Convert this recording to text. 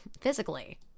physically